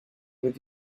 with